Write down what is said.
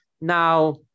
Now